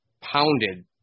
pounded